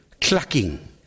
clucking